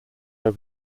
over